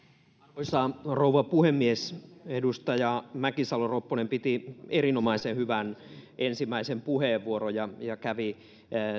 arvoisa rouva puhemies edustaja mäkisalo ropponen piti erinomaisen hyvän ensimmäisen puheenvuoron ja ja kävi